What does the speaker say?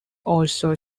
also